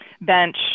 bench